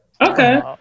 Okay